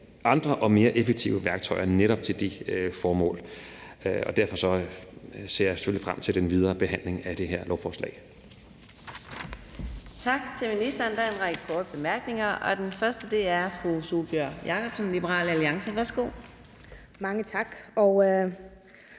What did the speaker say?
andre og mere effektive værktøjer netop til de formål. Og derfor ser jeg selvfølgelig frem til den videre behandling af det her lovforslag.